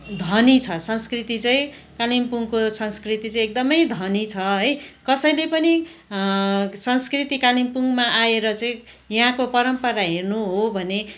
धनी छ संस्कृति चाहिँ कालिम्पोङको संस्कृति चाहिँ एकदमै धनी छ है कसैले पनि संस्कृति कालिम्पोङमा आएर चाहिँ यहाँको परम्परा हेर्नु हो भने